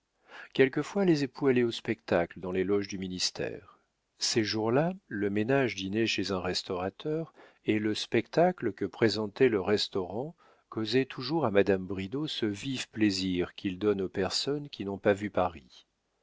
quelquefois les époux allaient au spectacle dans les loges du ministère ces jours-là le ménage dînait chez un restaurateur et le spectacle que présentait le restaurant causait toujours à madame bridau ce vif plaisir qu'il donne aux personnes qui n'ont pas vu paris